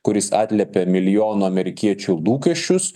kuris atliepia milijonų amerikiečių lūkesčius